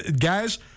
Guys